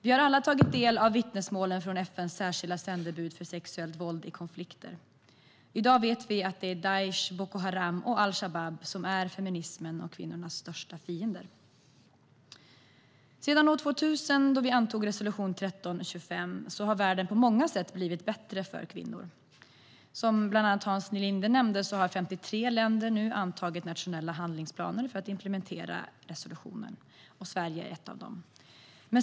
Vi har alla tagit del av vittnesmålen från FN:s särskilda sändebud för sexuellt våld i konflikter. I dag vet vi att det är Daish, Boko Haram och al-Shabab som är feminismens och kvinnornas största fiender. Sedan år 2000, då vi antog resolution 1325, har världen på många sätt blivit bättre för kvinnor. Som bland annat Hans Linde nämnde har 53 länder nu antagit nationella handlingsplaner för att implementera resolutionen, och Sverige är ett av dem.